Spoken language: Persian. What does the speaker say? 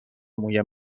موی